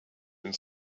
and